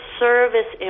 service